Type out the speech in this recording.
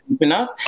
enough